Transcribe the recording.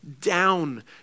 down